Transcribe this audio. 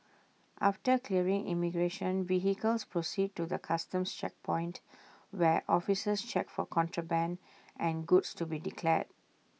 after clearing immigration vehicles proceed to the Customs checkpoint where officers check for contraband and goods to be declared